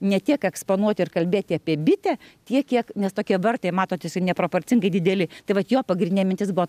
ne tiek eksponuoti ir kalbėti apie bitę tiek kiek nes tokie vartai matot neproporcingai dideli tai vat jo pagrindinė mintis buvo